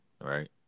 right